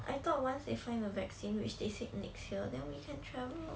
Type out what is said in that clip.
I thought once they find the vaccine which they said next year then we can travel